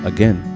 Again